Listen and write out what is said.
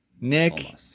Nick